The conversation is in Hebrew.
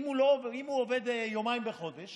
אם הוא עובד יומיים בחודש